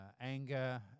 anger